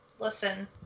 listen